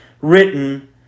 written